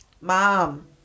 mom